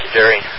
Jerry